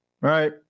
right